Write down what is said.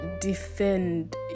defend